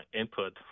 input